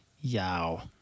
Yow